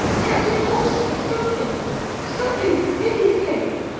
captain hawksley, stop him stop him for pity's sake!